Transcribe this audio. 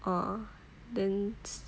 orh then